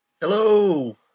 Hello